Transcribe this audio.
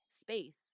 space